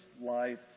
life